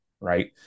right